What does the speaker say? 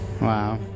Wow